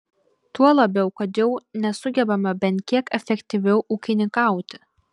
tuo labiau kad jau nesugebama bent kiek efektyviau ūkininkauti